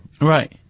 right